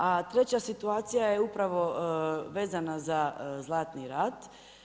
A treća situacija je upravo vezana za Zlatni rat.